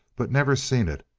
but never seen it.